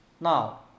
Now